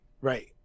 Right